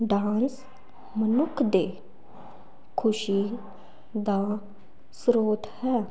dance ਮਨੁੱਖ ਦੇ ਖੁਸ਼ੀ ਦਾ ਸਰੋਤ ਹੈ